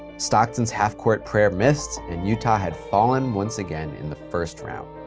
stockton's half-court prayer missed, and utah had fallen once again in the first round.